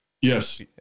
Yes